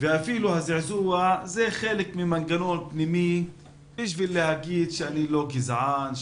ואפילו הזעזוע זה חלק ממנגנון פנימי בשביל להגיד שאני לא גזען,